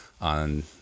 on